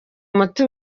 umuti